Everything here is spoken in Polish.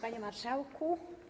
Panie Marszałku!